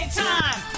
time